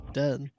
dead